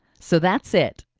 so that's it.